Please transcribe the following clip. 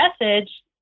message